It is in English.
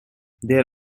there